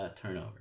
turnover